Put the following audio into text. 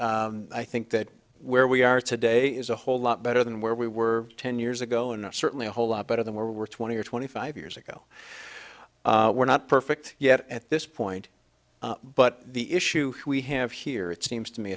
and i think that where we are today is a whole lot better than where we were ten years ago and certainly a whole lot better than where we were twenty or twenty five years ago we're not perfect yet at this point but the issue we have here it seems